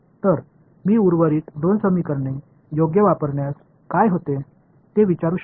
तर मी उर्वरित 2 समीकरणे योग्य वापरल्यास काय होते ते विचारू शकता